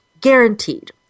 Guaranteed